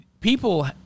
people